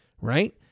right